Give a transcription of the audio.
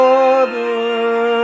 Father